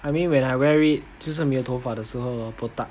I mean when I wear it 就算没有头发的时候 hor botak